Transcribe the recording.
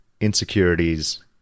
insecurities